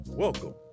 Welcome